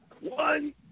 one